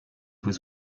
was